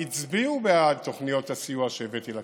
הצביעו בעד תוכניות הסיוע שהבאתי לכנסת,